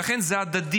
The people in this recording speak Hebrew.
ולכן זה הדדי.